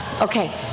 okay